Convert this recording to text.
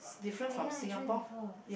try yeah you try before